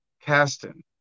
Caston